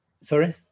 Sorry